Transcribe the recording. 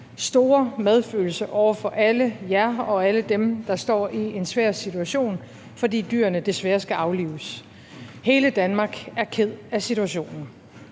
store medfølelse med alle jer og alle dem, der står i en svær situation, fordi dyrene desværre skal aflives. Hele Danmark er ked af situationen.